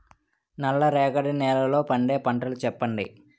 నల్ల రేగడి నెలలో పండే పంటలు చెప్పండి?